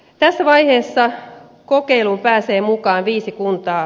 tässä vaiheessa kokeiluun pääsee mukaan viisi kuntaa